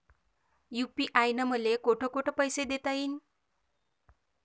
UPI न मले कोठ कोठ पैसे देता येईन?